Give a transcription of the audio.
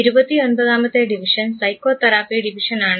ഇരുപത്തി ഒമ്പതാമത്തെ division psychotherapy ഡിവിഷനാണ്